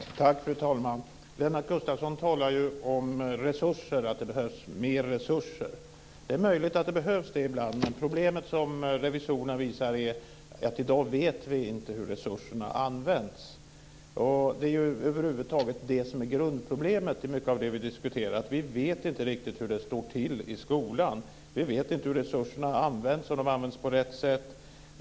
Fru talman! Lennart Gustavsson talar om att det behövs mer resurser. Det är möjligt att det behövs det ibland. Men problemet som revisorerna visar är att vi i dag inte vet hur resurserna används. Över huvud taget är mycket av grundproblemet i det vi diskuterar att vi inte riktigt vet hur det står till i skolan. Vi vet inte hur resurserna används. Vi vet inte om de används på rätt sätt.